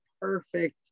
perfect